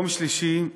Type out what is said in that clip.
יום שלישי,